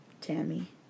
tammy